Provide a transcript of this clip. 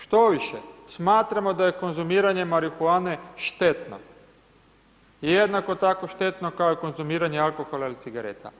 Štoviše, smatramo da je konzumiranje marihuane štetno i jednako tako štetno kao i konzumiranje alkohola ili cigareta.